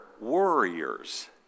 warriors